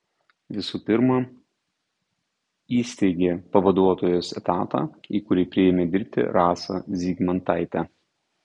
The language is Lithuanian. visų pirma įsteigė pavaduotojos etatą į kurį priėmė dirbti rasą zygmantaitę